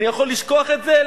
אני יכול לשכוח את זה?